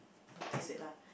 notice it lah